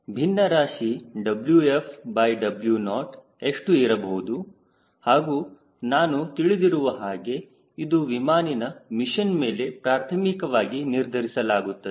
ಭಿನ್ನರಾಶಿ WfW0 ಎಷ್ಟು ಇರಬಹುದು ಹಾಗೂ ನಾನು ತಿಳಿದಿರುವ ಹಾಗೆ ಇದು ವಿಮಾನಿನ ಮಿಷನ್ ಮೇಲೆ ಪ್ರಾಥಮಿಕವಾಗಿ ನಿರ್ಧರಿಸಲಾಗುತ್ತದೆ